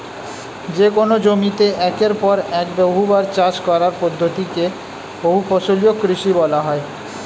যেকোন জমিতে একের পর এক বহুবার চাষ করার পদ্ধতি কে বহুফসলি কৃষি বলা হয়